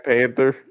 Panther